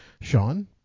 Sean